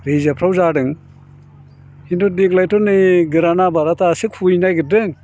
रिजाबफ्राव जादों खिन्थु देग्लायथ' नै गोरान आबादआ दासो खुबैनो नागिरदों